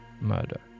murder